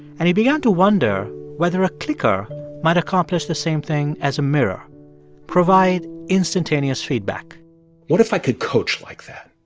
and he began to wonder whether a clicker might accomplish the same thing as a mirror provide instantaneous feedback what if i could coach like that?